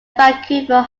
vancouver